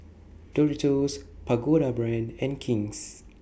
Doritos Pagoda Brand and King's